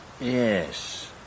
Yes